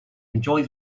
enjoy